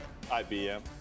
IBM